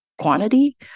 quantity